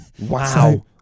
wow